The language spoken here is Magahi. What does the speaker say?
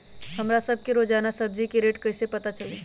हमरा सब के रोजान सब्जी के रेट कईसे पता चली?